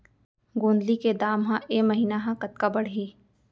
गोंदली के दाम ह ऐ महीना ह कतका बढ़ही?